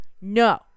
No